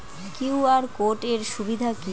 QR code এর সুবিধা কি?